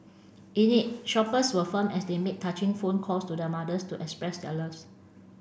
in it shoppers were filmed as they made touching phone calls to their mothers to express their loves